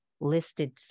listed